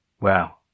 wow